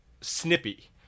snippy